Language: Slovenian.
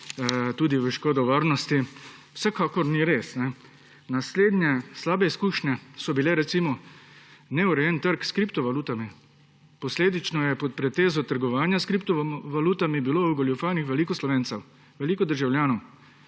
tudi na škodo varnosti, kar vsekakor ni res. Naslednja slaba izkušnja je bil recimo neurejen trg s kriptovalutami. Posledično je bilo pod pretvezo trgovanja s kriptovalutami ogoljufanih veliko Slovencev, veliko državljanov.